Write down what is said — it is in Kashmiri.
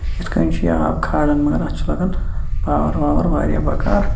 یِتھ کَنۍ چھُ یہِ آب کھالان مَگر اَتھ چھُ لگان پاور واور واریاہ بَکار